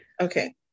okay